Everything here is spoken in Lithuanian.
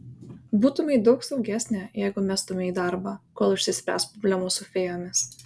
būtumei daug saugesnė jeigu mestumei darbą kol išsispręs problemos su fėjomis